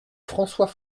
françois